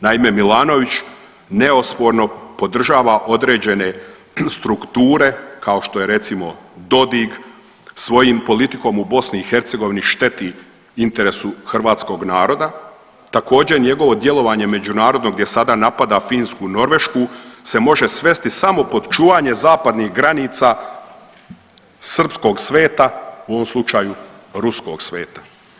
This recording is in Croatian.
Naime, Milanović neosporno podržava određene strukture, kao što je recimo Dodig, svojim politikom u BiH šteti interesu hrvatskog naroda, također, njegovo djelovanje međunarodno gdje sada napada Finsku i Norvešku se može svesti samo pod čuvanje zapadnih granica srpskog sveta, u ovom slučaju, ruskog sveta.